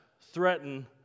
threaten